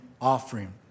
offering